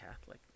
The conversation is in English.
Catholic